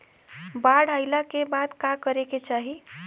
बाढ़ आइला के बाद का करे के चाही?